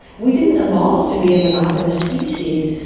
we didn't evolve to be a monogamous species.